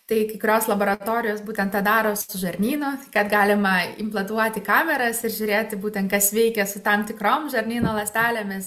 tai kai kurios laboratorijos būtent tą daro su žarnynu kad galima implantuoti kameras ir žiūrėti būtent kas veikia su tam tikrom žarnyno ląstelėmis